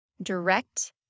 direct